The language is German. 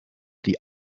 die